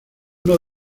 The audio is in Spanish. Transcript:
uno